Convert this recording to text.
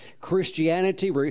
Christianity